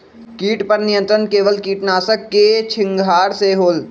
किट पर नियंत्रण केवल किटनाशक के छिंगहाई से होल?